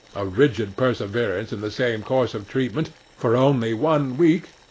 a rigid perseverance in the same course of treatment for only one week,